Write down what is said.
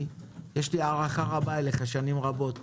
יש לי הערכה רבה אליך במשך שנים רבות.